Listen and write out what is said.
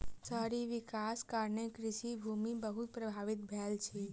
शहरी विकासक कारणें कृषि भूमि बहुत प्रभावित भेल अछि